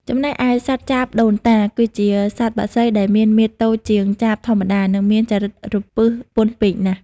ចំណែកឯសត្វចាបដូនតា គឺជាសត្វបក្សីដែលមានមាឌតូចជាងចាបធម្មតា និងមានចរិតរពឹសពន់ពេកណាស់។